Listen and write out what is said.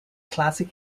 classic